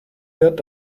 wird